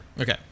Okay